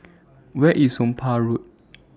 Where IS Somapah Road